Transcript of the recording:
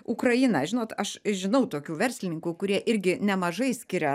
ukrainą žinot aš žinau tokių verslininkų kurie irgi nemažai skiria